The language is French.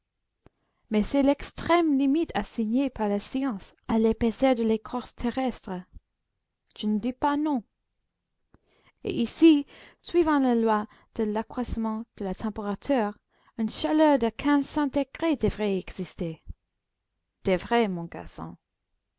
mais c'est l'extrême limite assignée par la science à l'épaisseur de l'écorce terrestre je ne dis pas non et ici suivant la loi de l'accroissement de la température une chaleur de quinze cents degrés devrait exister devrait mon garçon